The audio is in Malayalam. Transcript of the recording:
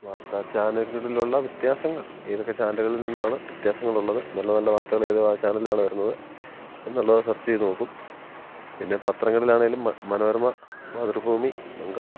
വാർത്താച്ചാനലുകളിലുള്ള വ്യത്യാസങ്ങൾ ഏതൊക്കെ ചാനലുകളിൽ നിന്നാണ് വ്യത്യാസങ്ങളുള്ളത് നല്ല നല്ല വാർത്തകളേത് ചാനലുകളിലാണ് വരുന്നത് എന്നുള്ളത് സെർച്ച് ചെയ്തു നോക്കും പിന്നെ പത്രങ്ങളിലാണെങ്കിലും മനോരമ മാതൃഭൂമി മംഗളം